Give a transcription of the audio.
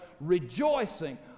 rejoicing